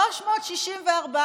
364,